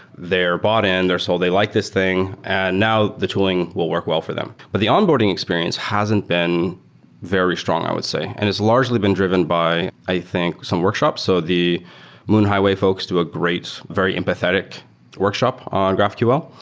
they're bought-in they're sold. they like this thing, and now the tooling will work well for them. but the onboarding experience hasn't been very strong, i would say, and it's largely been driven by i think some workshops. so the noon highway folks do a great, very empathetic workshop on graphql.